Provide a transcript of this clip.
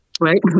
Right